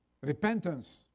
repentance